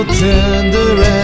tender